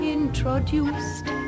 introduced